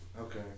Okay